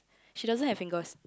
she doesn't have fingers